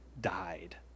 died